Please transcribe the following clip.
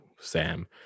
Sam